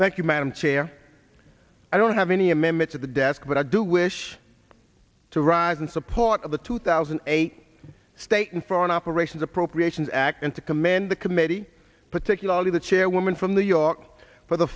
thank you madam chair i don't have any amendments at the desk but i do wish to rise in support of the two thousand a state and foreign operations appropriations act and to commend the committee particularly the chairwoman from the york for the